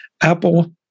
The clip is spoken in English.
Apple